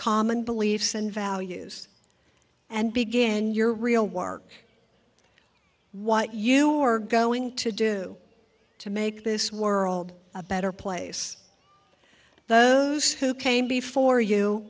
common beliefs and values and began your real work what you are going to do to make this world a better place who came before you